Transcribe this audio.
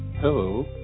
Hello